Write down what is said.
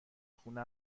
خونه